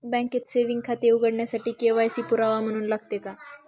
बँकेत सेविंग खाते उघडण्यासाठी के.वाय.सी पुरावा म्हणून लागते का?